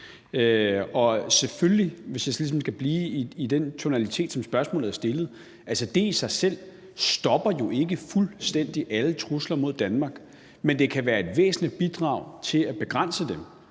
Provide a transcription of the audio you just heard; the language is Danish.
Hvis jeg ligesom skal blive i den tonalitet, som spørgsmålet er stillet i, stopper det i sig selv jo ikke alle trusler mod Danmark fuldstændig, men det kan være et væsentligt bidrag til at begrænse dem.